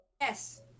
Yes